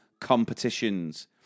competitions